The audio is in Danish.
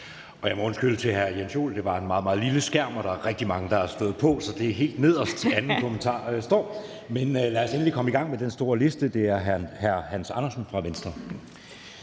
Jeg må undskylde over for hr. Jens Joel. Det er en meget, meget lille skærm, og der er rigtig mange, der er skrevet på, så den anden kommentar står helt nederst. Men lad os endelig komme i gang med den lange liste. Nu er det hr. Hans Andersen fra Venstre.